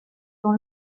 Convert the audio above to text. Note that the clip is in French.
dans